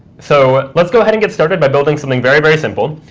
so let's go ahead and get started by building something very, very simple.